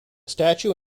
statue